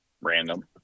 random